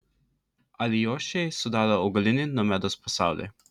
alijošiai sudaro augalinį nomedos pasaulį